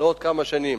בעוד כמה שנים.